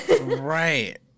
Right